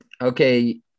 okay